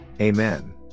Amen